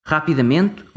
Rapidamente